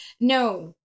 No